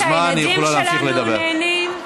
וכפי שהילדים שלנו נהנים,